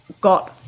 got